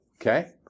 Okay